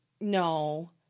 No